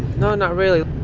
no, not really.